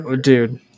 Dude